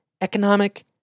economic